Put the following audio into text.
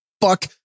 fuck